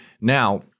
Now